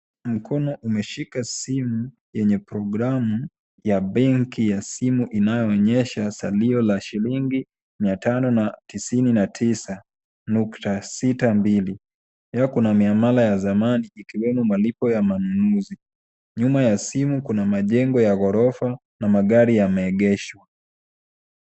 Mkono umeshika simu yenye programu ya benki ya simu inayoonyesha salio la shilingi mia tano na tisini na tisa nukta sita mbili ,pia kuna miamala ya zamani ikiwemo malipo ya manunuzi , nyuma ya simu kuna majengo ya ghorofa na magari yameegeshwa.